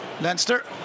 Leinster